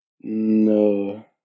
No